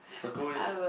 circle it